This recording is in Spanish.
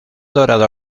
dorada